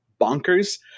bonkers